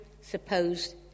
supposed